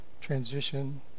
transition